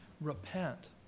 Repent